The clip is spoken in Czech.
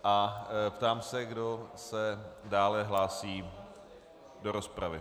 A ptám se, kdo se dále hlásí do rozpravy.